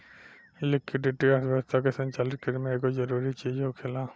liquidity अर्थव्यवस्था के संचालित करे में एगो जरूरी चीज होखेला